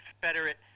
Confederate